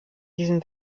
diesem